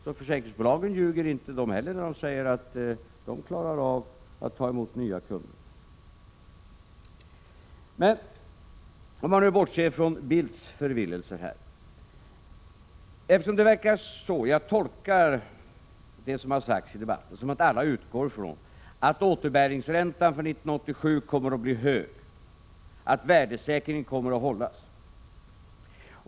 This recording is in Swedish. Så försäkringsbolagen ljuger inte heller när de säger att de klarar av att ta emot nya kunder. Men om man nu bortser från Carl Bildts förvillelse: Jag tolkar det som har sagts i debatten som att alla utgår ifrån att återbäringsräntan för år 1987 kommer att bli hög och att värdesäkringen kommer att hållas.